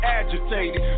agitated